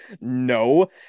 No